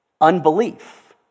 unbelief